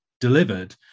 delivered